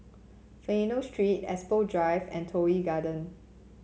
Fidelio Street Expo Drive and Toh Yi Garden